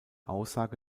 aussage